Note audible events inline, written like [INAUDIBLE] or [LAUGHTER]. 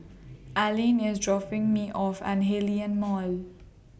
Aline IS dropping Me off At Hillion Mall [NOISE]